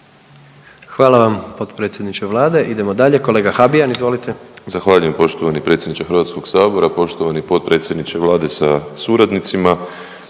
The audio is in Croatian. Hvala vam potpredsjedniče Vlade. Idemo dalje, kolega Habijan izvolite. **Habijan, Damir (HDZ)** Zahvaljujem poštovani predsjedniče Hrvatskog sabora. Poštovani potpredsjedniče Vlade sa suradnicima,